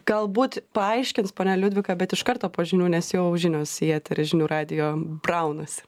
galbūt paaiškins ponia liudvika bet iš karto po žinių nes jau žinios į eterį žinių radijo braunasi